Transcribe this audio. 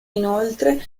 inoltre